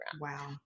Wow